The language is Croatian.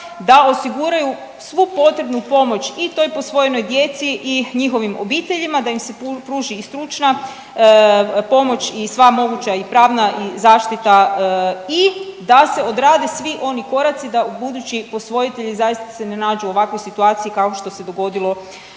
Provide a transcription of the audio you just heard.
da osiguraju svu potrebnu pomoć i toj posvojenoj djeci i njihovim obiteljima, da im se pruži i stručna pomoć i sva moguća i pravna i zaštita i da se odrade svi oni koraci da budući posvojitelji zaista se ne nađu u ovakvoj situaciji kao što se dogodilo u ovoj